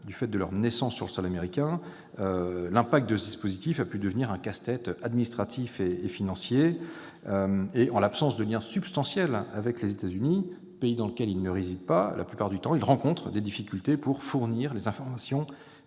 du fait de leur naissance sur le sol américain, l'impact de ce dispositif a pu devenir un casse-tête administratif et financier. En l'absence de lien substantiel avec les États-Unis, pays dans lequel ils ne résident pas la plupart du temps, ils rencontrent des difficultés pour fournir les informations